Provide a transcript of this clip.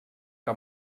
que